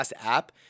app